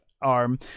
arm